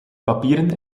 papieren